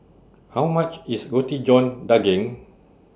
How much IS Roti John Daging